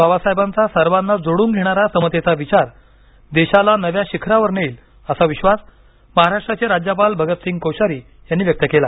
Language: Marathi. बाबासाहेबांचा सर्वांना जोडून घेणारा समतेचा विचार देशाला नव्या शिखरावर नेईल असा विश्वास महाराष्ट्राचे राज्यपाल भगतसिंह कोश्यारी यांनी व्यक्त केला